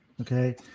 Okay